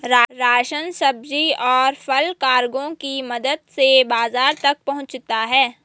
ration, सब्जी, और फल कार्गो की मदद से बाजार तक पहुंचता है